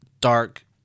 dark